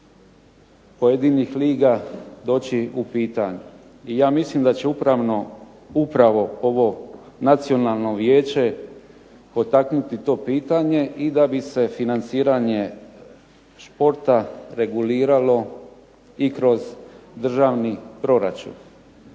pojedinih liga doći u pitanje. I ja mislim da će upravo ovo Nacionalno vijeće potaknuti to pitanje i da bi se financiranje športa reguliralo i kroz državni proračun.